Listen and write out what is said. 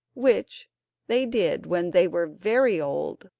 which they did when they were very old,